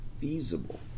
feasible